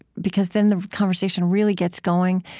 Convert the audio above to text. because then the conversation really gets going,